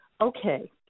Okay